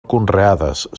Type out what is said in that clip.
conreades